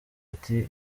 ati